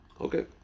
Okay